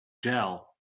gel